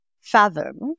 fathom